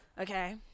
okay